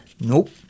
Nope